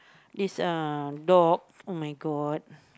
this uh dog oh-my-god